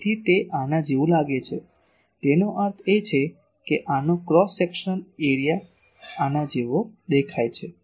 તેથી તે આના જેવું લાગે છે તેનો અર્થ એ કે આનો ક્રોસ સેક્શન આના જેવો દેખાય છે